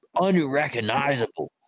unrecognizable